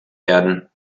werden